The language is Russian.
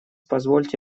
позвольте